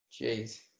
Jeez